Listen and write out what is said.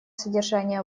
содержание